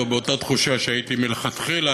או באותה תחושה שהייתי מלכתחילה,